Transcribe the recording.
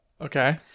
okay